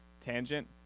tangent